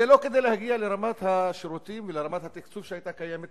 זה לא כדי להגיע לרמת השירותים ולרמת התקצוב שהיתה קיימת,